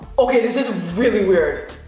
okay, this is really weird.